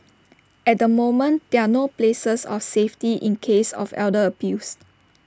at the moment there are no places of safety in cases of elder abuse